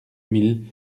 mille